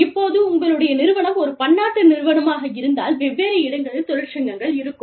இப்போது உங்களுடைய நிறுவனம் ஒரு பன்னாட்டு நிறுவனமாக இருந்தால் வெவ்வேறு இடங்களில் தொழிற்சங்கங்கள் இருக்கும்